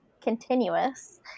continuous